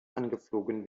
angeflogen